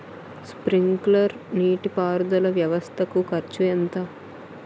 Sprinkler నీటిపారుదల వ్వవస్థ కు ఖర్చు ఎంత?